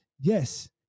yes